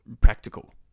practical